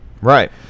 Right